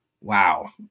Wow